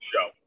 show